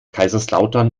kaiserslautern